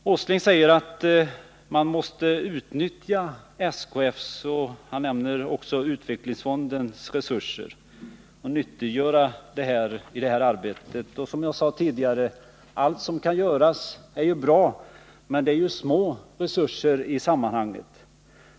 Nils Åsling säger att man måste utnyttja SKF:s och också utvecklingsfondens resurser och nyttiggöra dem i det här sammanhanget. Som jag sade tidigare: Allt som kan göras är bra, men det är ju små resurser det rör sig om.